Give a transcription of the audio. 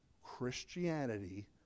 christianity